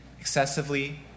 excessively